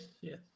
yes